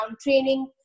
training